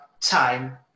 time